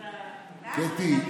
קטי,